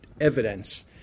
evidence